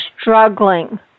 struggling